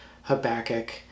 Habakkuk